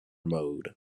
mode